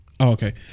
Okay